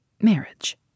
marriage